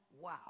Wow